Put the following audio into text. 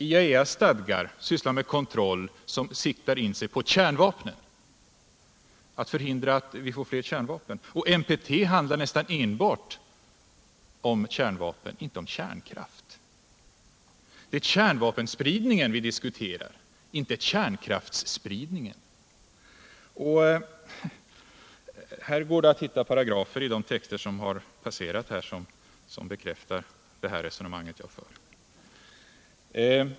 IAEA:s stadgar sysslar med kontroll som siktar in sig på att förhindra att vi får fler kärnvapen, och NPT handlar nästan enbart om kärnvapen, inte om kärnkraft. Det är kärnvapenspridningen vi diskuterar, inte kärnkraftsspridningen. Här går det att hitta paragrafer i de texter som passerat och som bekräftar det resonemang jag för.